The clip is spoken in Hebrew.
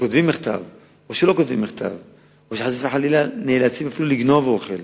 שכותבים מכתב או שלא כותבים מכתב או שחס וחלילה נאלצים אפילו לגנוב אוכל